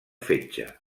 fetge